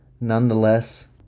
nonetheless